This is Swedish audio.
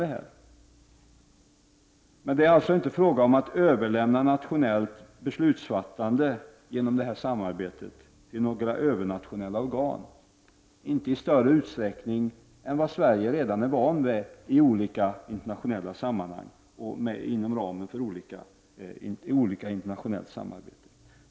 Det är alltså inte fråga om att genom detta samarbete överlämna nationellt beslutsfattande till några övernationella organ — inte i större utsträckning än vad vi i Sverige redan är vana vid inom ramen för internationellt samarbete.